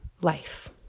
life